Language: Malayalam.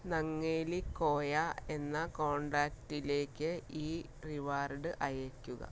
നങ്ങേലി ക്കോയ എന്ന കോണ്ടാക്റ്റിലേക്ക് ഈ റിവാർഡ് അയയ്ക്കുക